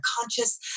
conscious